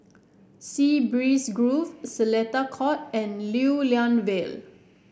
Sea Breeze Grove Seletar Court and Lew Lian Vale